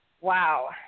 wow